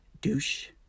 douche